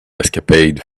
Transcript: escapade